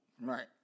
Right